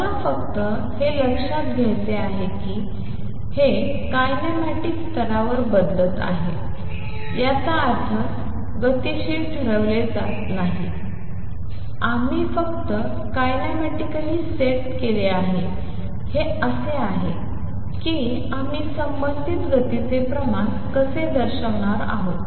मला फक्त हे लक्षात घ्यायचे आहे की हे किनेमॅटिक्स स्तरावर बदलले आहे याचा अर्थ गतीशास्त्र ठरवले जात नाही आम्ही फक्त किनेमॅटिकली सेट केले आहे हे असे आहे की आम्ही संबंधित गतीचे प्रमाण कसे दर्शवणार आहोत